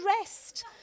rest